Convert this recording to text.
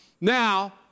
now